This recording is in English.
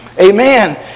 Amen